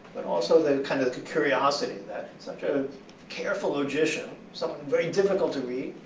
but also, the kind of curiosity that such a careful logician, someone very difficult to read,